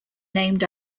named